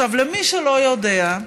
למי שלא יודע,